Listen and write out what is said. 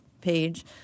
page